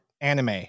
anime